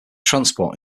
transport